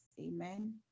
amen